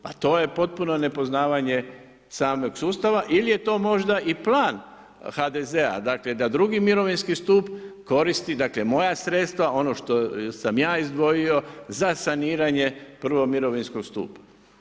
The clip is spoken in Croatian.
Pa to je potpuno nepoznavanje samog sustava ili je to možda i plan HDZ-a dakle, da drugi mirovinski stup koristi, dakle, moja sredstva ono što sam ja izdvojio za saniranje prvog mirovinskog stupa.